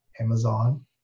Amazon